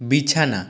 বিছানা